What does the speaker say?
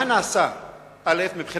מה נעשה מבחינת